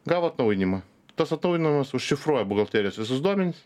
gavo atnaujinimą tas atnaujinamas užšifruoja buhalterijos visus duomenis